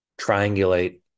triangulate